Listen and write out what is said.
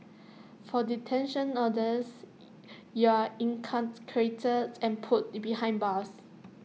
for detention orders you're incarcerated and put behind bars